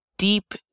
deep